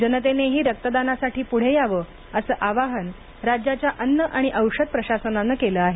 जनतेनेही रक्तदानासाठी पुढे यावे असं आवाहन राज्याच्या अन्न आणि औषध प्रशासनानं केलं आहे